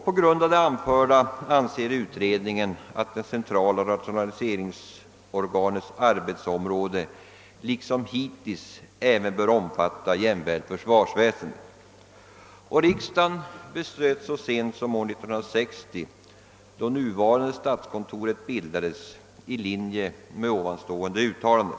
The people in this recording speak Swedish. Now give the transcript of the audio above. På grund av anförda skäl anser utredningen att det centrala rationaliseringsorganets arbetsområde liksom hittills även bör innefatta jämväl försvarsväsendet.» Riksdagen beslöt så sent som år 1960, när det nuvarande statskontoret bildades, i linje med nyssnämnda uttalande.